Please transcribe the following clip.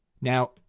Now